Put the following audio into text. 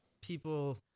people